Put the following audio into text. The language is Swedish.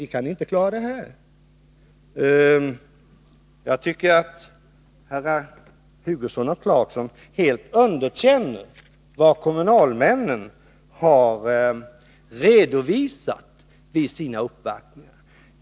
Herrar Hugosson och Clarkson underkänner helt vad kommunalmännen har redovisat vid sina uppvaktning ar.